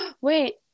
wait